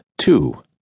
Two